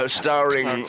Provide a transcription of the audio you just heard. starring